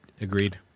Agreed